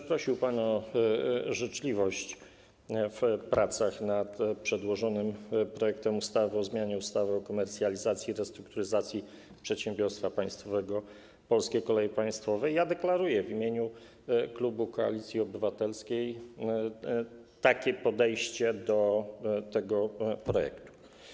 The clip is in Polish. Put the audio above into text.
Prosił pan o życzliwość w pracach nad przedłożonym projektem ustawy o zmianie ustawy o komercjalizacji i restrukturyzacji przedsiębiorstwa państwowego Polskie Koleje Państwowe i ja deklaruję w imieniu klubu Koalicji Obywatelskiej takie podejście do tego projektu.